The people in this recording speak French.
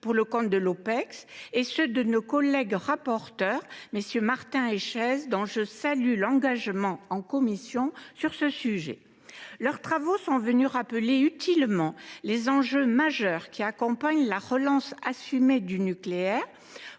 pour le compte de l’Opecst, et aux travaux de nos collègues rapporteurs, MM. Martin et Chaize, dont je salue l’engagement en commission sur ce sujet. Ces travaux sont venus rappeler utilement les enjeux majeurs qui accompagnent la relance assumée du nucléaire